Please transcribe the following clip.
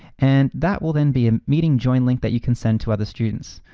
and that will then be a meeting join link that you can send to other students.